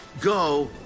go